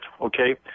okay